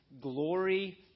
glory